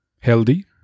healthy